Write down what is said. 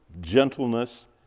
gentleness